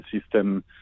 system